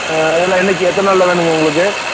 அதெல்லாம் என்னைக்கு எத்தனை நாளில் வேணும்ங்க உங்களுக்கு